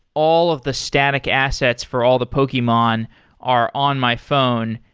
all of the static assets for all the pokemon are on my phone.